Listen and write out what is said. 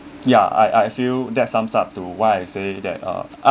ya I I feel that sums up to what I say that uh a~